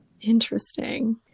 Interesting